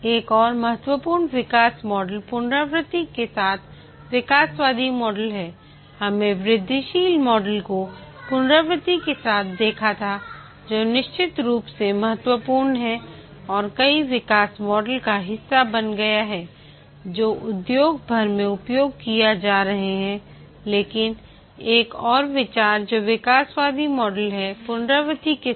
एक और महत्वपूर्ण विकास मॉडल पुनरावृत्ति के साथ विकासवादी मॉडल है हमने वृद्धिशील मॉडल को पुनरावृति के साथ देखा था जो निश्चित रूप से महत्वपूर्ण है और कई विकास मॉडल का हिस्सा बन गया है जो उद्योग भर में उपयोग किए जा रहे हैं लेकिन एक और विचार जो विकासवादी मॉडल है पुनरावृति के साथ